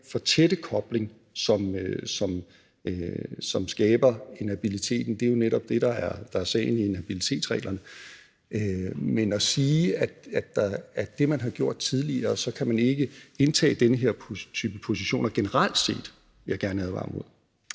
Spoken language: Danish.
for tætte kobling, som skaber inhabiliteten – det er jo netop det, der er sagen i inhabilitetsreglerne – men at sige, at det, man har gjort tidligere, betyder, at man generelt set ikke kan indtage den her type positioner, vil jeg gerne advare imod.